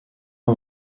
moi